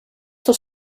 dels